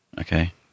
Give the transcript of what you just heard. Okay